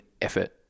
effort